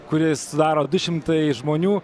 kurį sudaro du šimtai žmonių